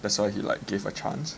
that's why he like gave a chance